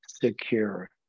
secure